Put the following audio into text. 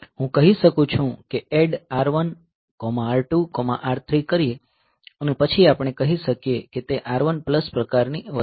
હું કહી શકું છું કે ADD R1 R2 R3 કરીએ અને પછી આપણે કહી શકીએ કે તે R1 પ્લસ પ્રકારની વસ્તુ છે